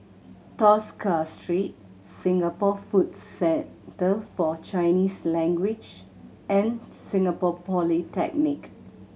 Tosca Street Singapore Food Center For Chinese Language and Singapore Polytechnic